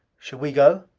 shall we go?